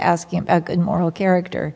asking a moral character